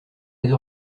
les